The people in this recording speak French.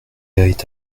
est